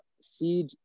seed